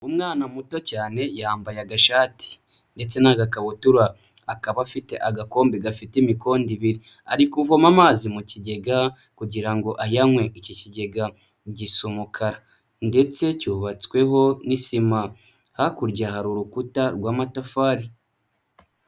Umwana muto cyane yambaye agashati ndetse n'agakabutura, akaba afite agakombe gafite imikondo ibiri. Ari kuvoma amazi mu kigega kugira ngo ayanywe. Iki kigega gisa umukara ndetse cyubatsweho n'isima. Hakurya hari urukuta rw'amatafari.